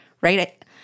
right